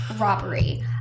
robbery